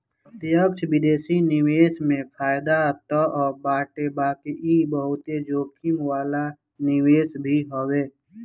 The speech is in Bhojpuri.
प्रत्यक्ष विदेशी निवेश में फायदा तअ बाटे बाकी इ बहुते जोखिम वाला निवेश भी हवे